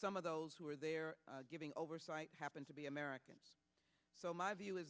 some of those who are there giving oversight happens to be american so my view is